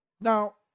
Now